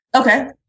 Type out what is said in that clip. Okay